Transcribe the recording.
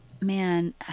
man